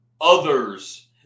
others